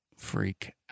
Freak